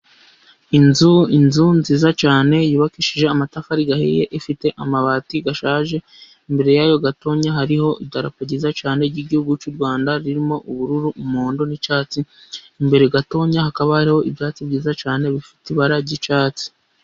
Inzu, inzu nziza cyane yubakishije amatafari gahiye. Ifite amabati ashaje, imbere yayo gatoya hariho idarapo ryiza cyane ry'igihugu cy'u Rwanda ririmo ubururu, umuhondo, n'icyatsi. imbere gatoya hakaba hariho ibyatsi byiza cyane bifite ibara ry'icyatsi.